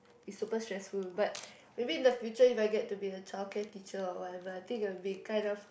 is super stressful but maybe in the future if I get to be a childcare teacher or whatever I think it'll be kind of